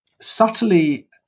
subtly